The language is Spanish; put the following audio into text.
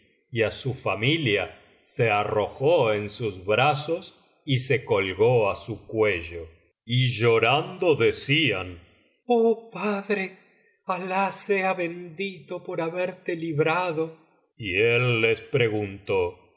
y su familia se arrojó en sus brazos y se colgó á su cuello y llorando decían oh padre alah sea bendito por haberte librado y él les preguntó